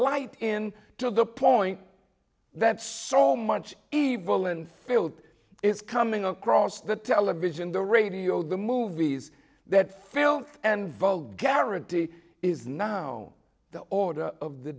light in to the point that so much evil and filled is coming across the television the radio the movies that filth and vogue garraty is now the order of the